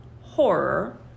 horror